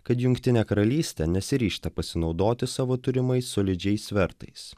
kad jungtinė karalystė nesiryžta pasinaudoti savo turimais solidžiais svertais